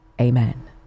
Amen